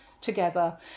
together